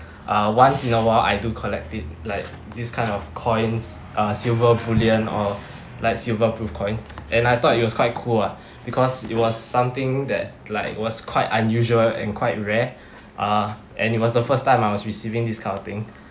uh once in a while I do collect it like this kind of coins uh silver bullion or like silver proof coin and I thought it was quite cool ah because it was something that like it was quite unusual and quite rare uh and it was the first time I was receiving this kind of thing